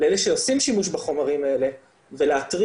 לאלה שעושים שימוש בחומרים האלה ולהתריע,